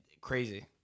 Crazy